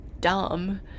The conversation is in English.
dumb